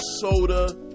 soda